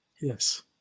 yes